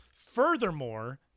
Furthermore